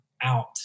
out